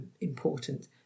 important